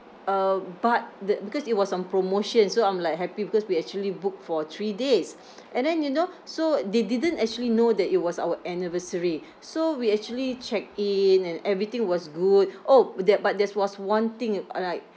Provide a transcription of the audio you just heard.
uh but the because it was on promotion so I'm like happy because we actually booked for three days and then you know so they didn't actually know that it was our anniversary so we actually check in and everything was good !ow! but that but theres was one thing uh like